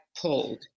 pulled